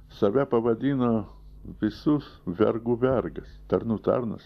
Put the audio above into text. save pavadina visus vergų vergas tarnų tarnas